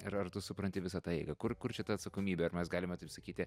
ir ar tu supranti visa tą eigą kur kur čia ta atsakomybė ar mes galime taip sakyti